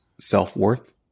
self-worth